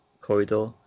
corridor